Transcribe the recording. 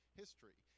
history